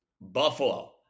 Buffalo